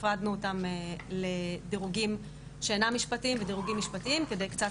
הפרדנו אותם לדירוגים שאינם משפטיים ודירוגים משפטיים כדי קצת